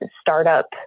startup